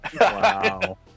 Wow